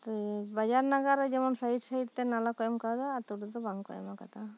ᱵᱟᱡᱟᱨ ᱱᱟᱜᱟᱨ ᱨᱮ ᱡᱮᱢᱚᱱ ᱥᱟᱭᱤᱰ ᱥᱟᱭᱤᱰ ᱛᱮ ᱱᱟᱞᱟ ᱠᱚ ᱮᱢ ᱠᱟᱣᱫᱟ ᱟᱹᱛᱩ ᱨᱮᱫᱚ ᱵᱟᱝ ᱠᱚ ᱮᱢ ᱠᱟᱣᱫᱟ